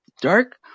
dark